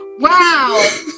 wow